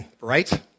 Right